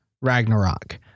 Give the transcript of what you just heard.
Ragnarok